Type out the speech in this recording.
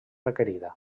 requerida